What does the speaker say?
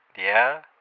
yeah?